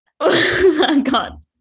God